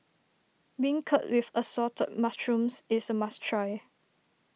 Beancurd with Assorted Mushrooms is a must try